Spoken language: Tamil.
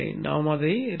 நாம் அதை rectifier